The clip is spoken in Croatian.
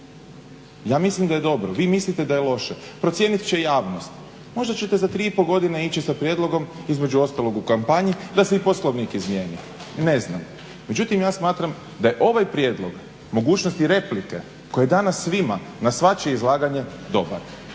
Ja mislim da je dobro, vi mislite da je loše. Procijenit će javnost. Možda ćete za 3,5 godine ići sa prijedlogom između ostalog u kampanji da se i Poslovnik izmijeni. Ne znam. Međutim ja smatram da je ovaj prijedlog mogućnosti replike koji danas svima na svačije izlaganje dobar,